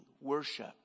Worship